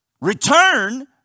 return